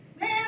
Man